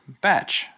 Batch